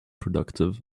productive